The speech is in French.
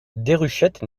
déruchette